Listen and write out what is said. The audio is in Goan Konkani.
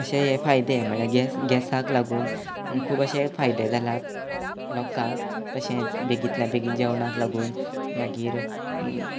अशें हे फायदे म्हळ्यार गॅसाक लागून खूब अशें फायदे जालात लोकांक तशेंच बेगींतल्या बेगीन जेवणाक लागून मागीर